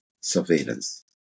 surveillance